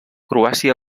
croàcia